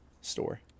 store